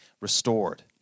restored